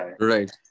right